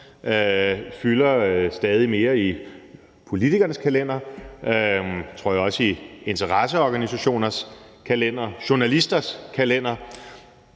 fylder stadig mere i politikernes kalendere og, tror jeg, også i interesseorganisationers kalendere, journalisters kalendere